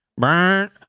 burn